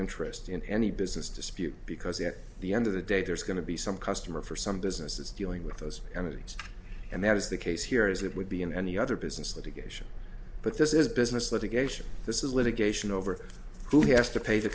interest in any business dispute because at the end of the day there's going to be some customer for some businesses dealing with those entities and that is the case here as it would be in any other business litigation but this is business litigation this is litigation over who has to pay the